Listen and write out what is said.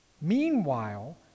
Meanwhile